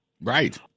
Right